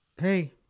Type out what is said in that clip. Hey